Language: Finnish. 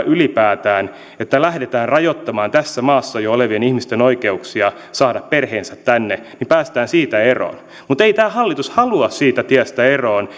ylipäätään tällaisesta ajattelutavasta että lähdetään rajoittamaan tässä maassa jo olevien ihmisten oikeuksia saada perheensä tänne päästään eroon mutta ei tämä hallitus halua siitä tiestä eroon